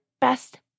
best